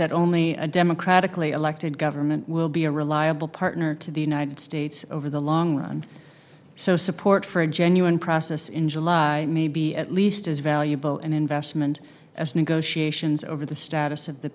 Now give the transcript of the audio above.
that only a democratically elected government will be a reliable partner to the united states over the long run so support for a genuine process in july may be at least as valuable an investment as negotiations over the status of the